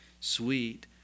sweet